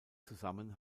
zusammen